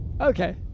okay